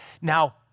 Now